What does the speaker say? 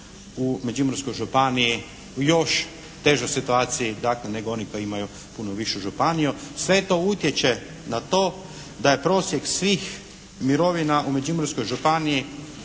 u Međimurskoj županiji u još težoj situaciji nego oni koji imaju puno višu županiju. Sve to utječe na to da je prosjek svih mirovina u Međimurskoj županiji